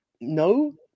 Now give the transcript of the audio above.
No